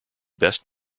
best